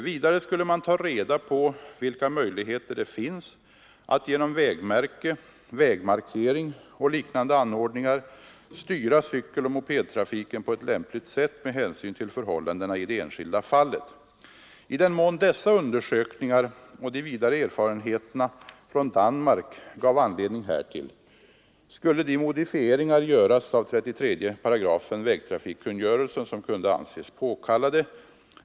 Vidare skulle man ta reda på vilka möjligheter det finns att genom vägmärke, vägmarkering och liknande anordningar styra cykeloch mopedtrafiken på ett lämpligt sätt med hänsyn till förhållandena i det enskilda fallet. I den mån dessa undersökningar och de vidare erfarenheterna från Danmark gav anledning härtill skulle de modifieringar göras av 33 § vägtrafikkungörelsen som kunde anses påkallade.